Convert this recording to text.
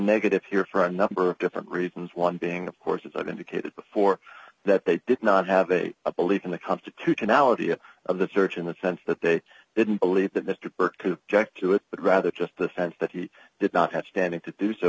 negative here for a number of different reasons one being of course as i've indicated before that they did not have a belief in the constitutionality of the search in the sense that they didn't believe that mr burke ject to it but rather just the sense that he did not have standing to do so